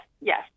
yes